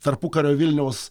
tarpukario vilniaus